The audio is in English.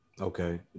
Okay